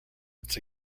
its